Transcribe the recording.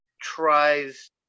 tries